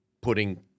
putting